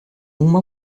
uma